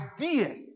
idea